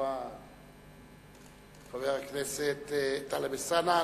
חבר הכנסת טלב אלסאנע.